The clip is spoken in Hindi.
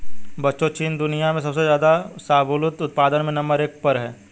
बच्चों चीन दुनिया में सबसे ज्यादा शाहबूलत उत्पादन में नंबर एक पर है